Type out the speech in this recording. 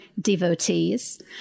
devotees